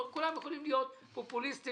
כולם יכולים להיות פופוליסטים,